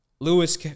Lewis